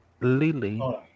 lily